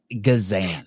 Gazan